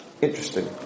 Interesting